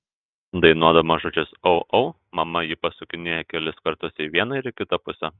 dainuodama žodžius au au mama jį pasukinėja kelis kartus į vieną ir į kitą pusę